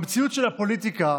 במציאות של הפוליטיקה,